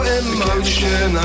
emotion